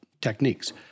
techniques